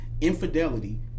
infidelity